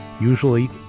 usually